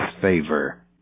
favor